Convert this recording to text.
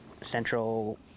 Central